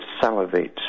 salivate